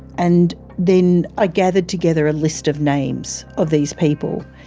and then i gathered together a list of names of these people.